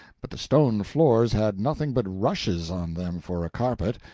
but the stone floors had nothing but rushes on them for a carpet,